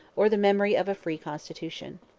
or the memory of a free constitution.